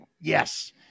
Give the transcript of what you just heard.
yes